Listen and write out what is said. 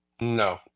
No